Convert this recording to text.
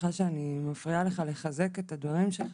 שאני מפריעה לך, אני רוצה לחזק את הדברים שלך.